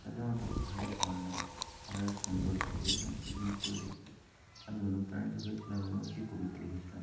সাধারণত পাহাড়ি ঝরনা পাহাড়ের সৌন্দর্য এই সমস্ত জিনিগুলো দেখে আমি অনুপ্রাণিত হয়েছিলাম এবং একটি কবিতা লিখেছিলাম